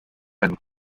and